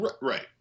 Right